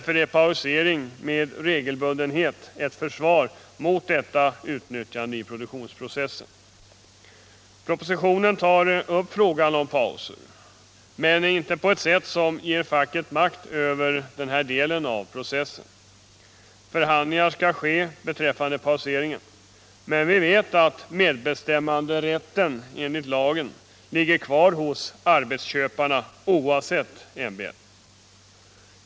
Därför är pausering med regelbundenhet ett försvar mot detta utnyttjande i produktionsprocessen. Propositionen tar upp frågan om pauser, men inte på ett sätt som ger facket makt över denna del av processen. Förhandlingar skall ske beträffande pauseringen, men vi vet att bestämmanderätten enligt lagen ligger kvar hos arbetsköparna, oavsett MBL.